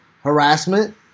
harassment